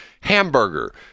hamburger